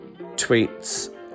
tweets